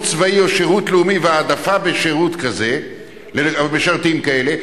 צבאי או שירות לאומי והעדפה של משרתים כאלה,